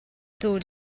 dod